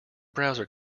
browser